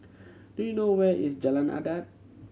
do you know where is Jalan Adat